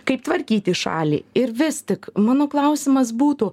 kaip tvarkyti šalį ir vis tik mano klausimas būtų